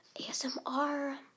ASMR